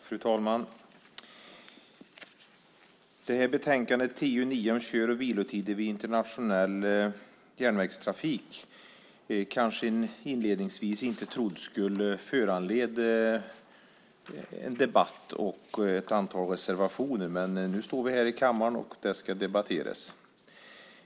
Fru talman! Betänkandet TU9 om kör och vilotider vid internationell järnvägstrafik trodde jag kanske inte inledningsvis skulle föranleda en debatt och ett antal reservationer. Men nu står vi här i kammaren, och det ska debatteras.